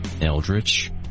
Eldritch